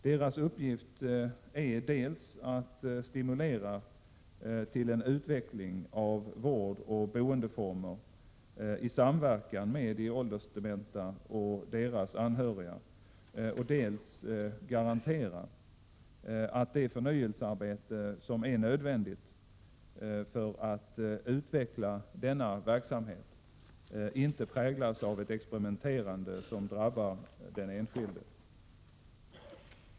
Deras uppgift är att dels stimulera till en utveckling av vård och boendeformer i samverkan med de åldersdementa och deras anhöriga, dels garantera att det förnyelsearbete som är nödvändigt för att utveckla denna verksamhet inte präglas av ett experimenterande som drabbar den enskilde.